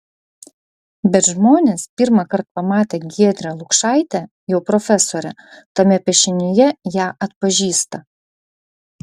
bet žmonės pirmąkart pamatę giedrę lukšaitę jau profesorę tame piešinyje ją atpažįsta